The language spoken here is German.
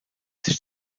sich